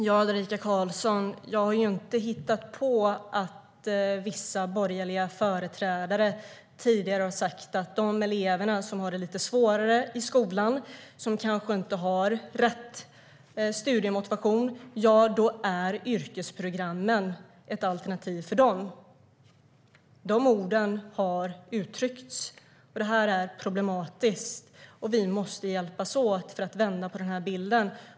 Herr talman! Jag har inte hittat på att vissa borgerliga företrädare har sagt att yrkesprogrammen är ett alternativ för de elever som har det lite svårare i skolan och kanske inte har rätt studiemotivation. De orden har uttryckts, Ulrika Carlsson. Det är problematiskt, och vi måste hjälpas åt att ändra på den bilden.